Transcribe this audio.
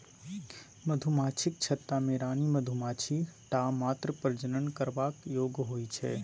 मधुमाछीक छत्ता मे रानी मधुमाछी टा मात्र प्रजनन करबाक योग्य होइ छै